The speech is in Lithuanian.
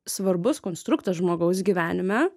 svarbus konstruktas žmogaus gyvenime